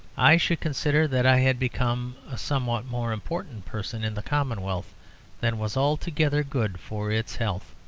i should consider that i had become a somewhat more important person in the commonwealth than was altogether good for its health.